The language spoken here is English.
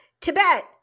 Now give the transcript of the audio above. Tibet